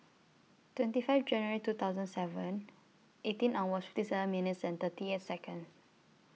twenty five January two thousand seven eighteen hours fifty seven minutes and thirty eight Seconds